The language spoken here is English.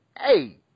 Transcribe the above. Hey